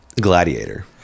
Gladiator